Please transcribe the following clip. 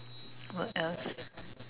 what else